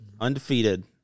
Undefeated